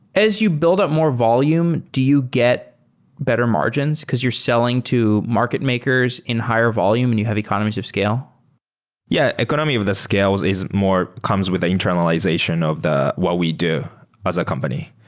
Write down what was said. as you build up more volume, do you get better margins? because you're selling to market makers in higher volume and you have economies of scale yeah. economy of the scale is is more comes with the internalization of what we do as a company.